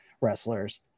wrestlers